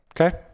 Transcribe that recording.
Okay